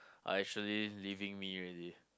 are actually leaving me already